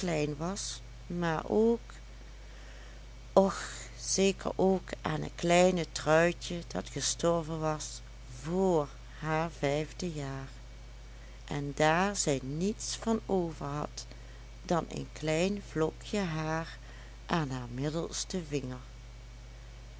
was maar ook och zeker ook aan het kleine truitje dat gestorven was vr haar vijfde jaar en daar zij niets van overhad dan een klein vlokje haar aan haar middelsten vinger